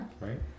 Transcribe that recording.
right